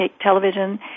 television